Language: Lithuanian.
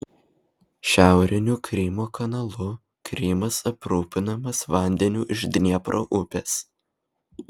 šiauriniu krymo kanalu krymas aprūpinamas vandeniu iš dniepro upės